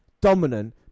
dominant